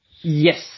Yes